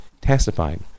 testified